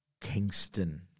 Kingston